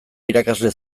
irakasle